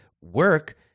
work